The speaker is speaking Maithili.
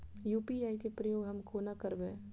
यु.पी.आई केँ प्रयोग हम कोना करबे?